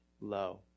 low